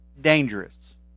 dangerous